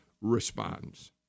responds